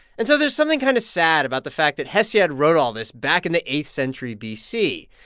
and so there's something kind of sad about the fact that hesiod wrote all this back in the eighth century b c.